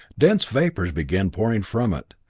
dense vapors began pouring from it,